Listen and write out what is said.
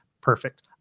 Perfect